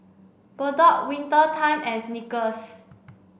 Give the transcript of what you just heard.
Bardot Winter Time and Snickers